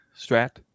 strat